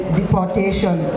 deportation